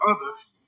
others